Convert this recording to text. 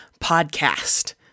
Podcast